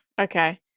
okay